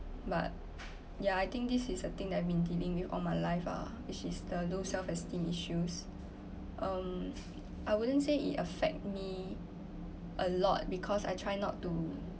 but ya I think this is a thing that I've been dealing with all my life ah which is the low self esteem issues um I wouldn't say it affect me a lot because I try not to